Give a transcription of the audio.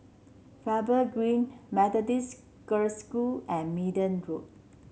Faber Green Methodist Girls' School and Minden Road